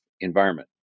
environment